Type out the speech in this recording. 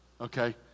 Okay